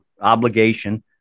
obligation